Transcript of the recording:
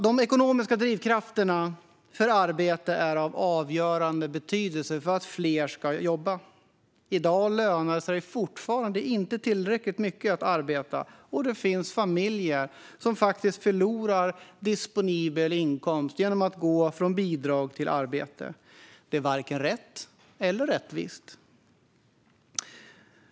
De ekonomiska drivkrafterna för arbete är av avgörande betydelse för att fler ska jobba. I dag lönar det sig fortfarande inte tillräckligt mycket att arbeta, och det finns familjer som till och med förlorar disponibel inkomst av att gå från bidrag till arbete. Det är varken rätt eller rättvist.